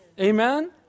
amen